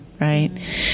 Right